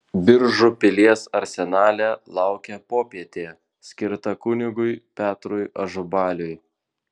biržų pilies arsenale laukė popietė skirta kunigui petrui ažubaliui